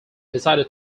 decided